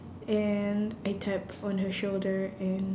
and I tapped on her shoulder and